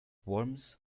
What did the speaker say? worms